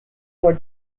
for